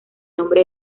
nombre